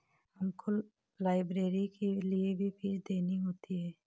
हमको लाइब्रेरी के लिए भी फीस देनी होती है